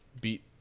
Beat